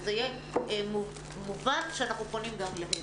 ושזה יהיה מובן שאנחנו פונים גם אליהם.